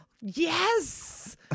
Yes